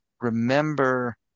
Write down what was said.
remember